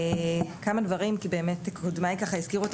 כמה דברים כי באמת קודמיי הזכירו את